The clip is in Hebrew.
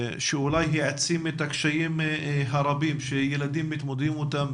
שאולי העצים את הקשיים הרבים שילדים מתמודדים איתם,